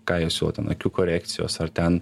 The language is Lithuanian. ką jos siūlo ten akių korekcijos ar ten